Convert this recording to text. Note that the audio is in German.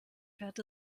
fährt